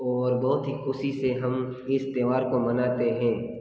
और बहुत ही खुशी से हम इस त्यौहार को मानते हैं